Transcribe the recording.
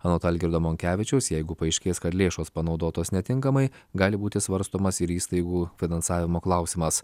anot algirdo monkevičiaus jeigu paaiškės kad lėšos panaudotos netinkamai gali būti svarstomas ir įstaigų finansavimo klausimas